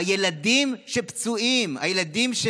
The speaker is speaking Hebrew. הילדים הפצועים, הילדים,